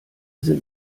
sind